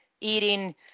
eating